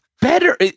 Better